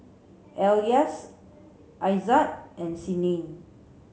Elyas Aizat and Senin